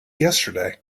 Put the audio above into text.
yesterday